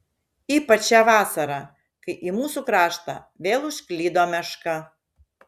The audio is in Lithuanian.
ypač šią vasarą kai į mūsų kraštą vėl užklydo meška